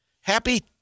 Happy